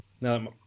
now